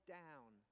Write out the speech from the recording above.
down